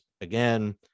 again